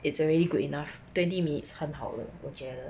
is already good enough twenty minutes 很好了我觉得